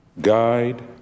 Guide